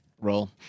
Roll